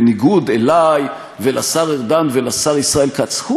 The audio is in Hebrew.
בניגוד אלי ולשר ארדן ולשר ישראל כץ,